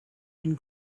and